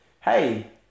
Hey